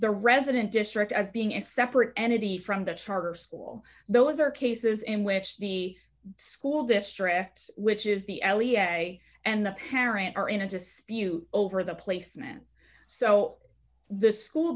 the resident district as being a separate entity from the charter school those are cases in which the school district which is the ellie and i and the parent are in a dispute over the placement so this school